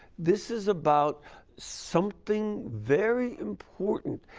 this is about something very important.